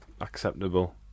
acceptable